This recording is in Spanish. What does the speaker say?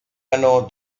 ganó